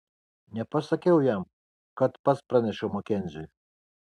nepasakiau jam kad pats pranešiau makenziui